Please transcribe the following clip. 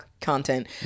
content